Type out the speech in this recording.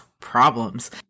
problems